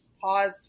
pause